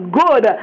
good